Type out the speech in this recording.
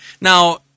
Now